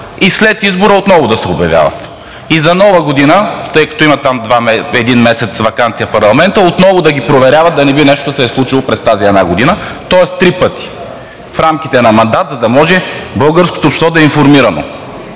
и след избора отново да се обявяват. И за Нова година, тъй като парламентът има там един месец ваканция, отново да ги проверяват, да не би нещо да се е случило през тази една година – тоест три пъти в рамките на мандат, за да може българското общество да е информирано,